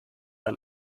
ein